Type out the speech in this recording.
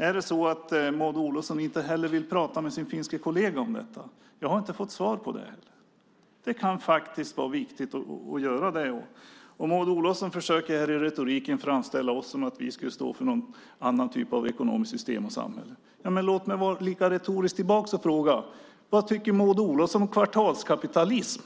Är det också så att Maud Olofsson inte vill prata med sin finske kollega om detta? Jag har inte riktigt fått svar på det. Det kan faktiskt vara viktigt att göra det. Maud Olofsson försöker i retoriken framställa oss som att vi skulle stå för någon annan typ av ekonomiskt system och ett annat samhälle. Låt mig vara lika retorisk tillbaka och fråga: Vad tycker Maud Olofsson om kvartalskapitalism?